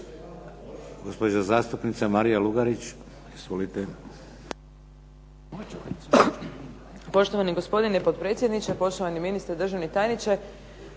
poštovana zastupnica Marija Lugarić. Izvolite.